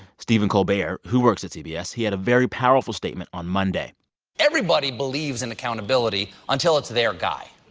stephen colbert, who works at cbs, he had a very powerful statement on monday everybody believes in accountability until it's their guy.